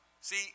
See